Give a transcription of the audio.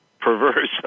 perverse